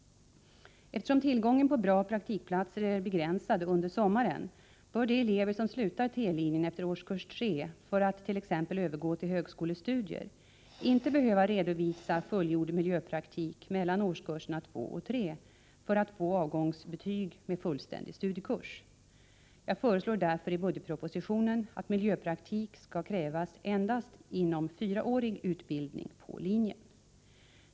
Eftersom tillgången på bra praktikplatser är begränsad under sommaren bör de elever som slutar T-linjen efter årskurs 3 för att t.ex. övergå till högskolestudier inte behöva redovisa fullgjord miljöpraktik mellan årskurserna 2 och 3 för att få avgångsbetyg med fullständig studiekurs. Jag föreslår därför i budgetpropositionen att miljöpraktik skall krävas endast inom fyraårig utbildning på linjen.